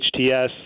HTS